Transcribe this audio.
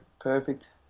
Perfect